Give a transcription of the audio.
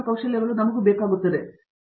ಪ್ರತಾಪ್ ಹರಿಡೋಸ್ ಸರಿ